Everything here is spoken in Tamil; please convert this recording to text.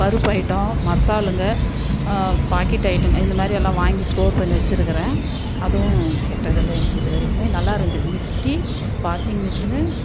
பருப்பைட்டம் மசாலாங்க பாக்கெட் ஐட்டங்க இந்த மாதிரியெல்லாம் வாங்கி ஸ்டோர் பண்ணி வச்சிருக்குறேன் அதுவும் கெட்டதில்லை எனக்கு இது வரைக்கும் நல்லாருந்தது மிக்சி வாசிங் மிஷினு